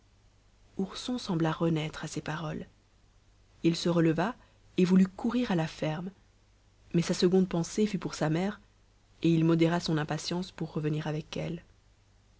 ourson sembla renaître à ces paroles il se releva et voulut courir à la ferme mais sa seconde pensée fut pour sa mère et il modéra son impatience pour revenir avec elle